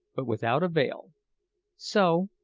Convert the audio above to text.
but without avail so,